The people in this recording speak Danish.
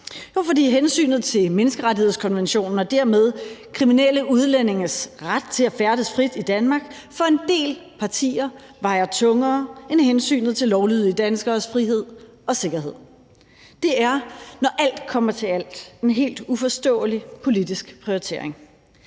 hensynet til menneskerettighedskonventionen og dermed de kriminelle udlændinges ret til at færdes frit i Danmark for en del partier vejer tungere end hensynet til lovlydige danskeres frihed og sikkerhed. Det er, når alt kommer til alt, en helt uforståelig politisk prioritering.